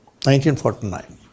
1949